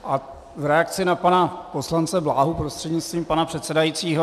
A v reakci na pana poslance Bláhu prostřednictvím pana předsedajícího.